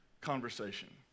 conversation